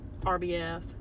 RBF